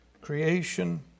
creation